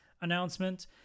announcement